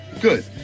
good